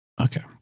Okay